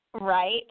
Right